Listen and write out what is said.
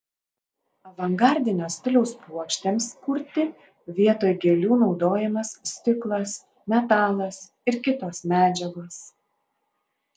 avangardinio stiliaus puokštėms kurti vietoj gėlių naudojamas stiklas metalas ir kitos medžiagos